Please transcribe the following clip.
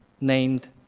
named